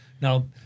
Now